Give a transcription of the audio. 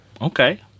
okay